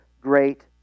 great